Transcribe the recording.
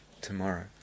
tomorrow